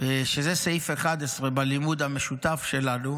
שזה סעיף 11 בלימוד המשותף שלנו.